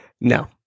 No